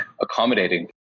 accommodating